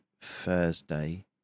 Thursday